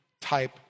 type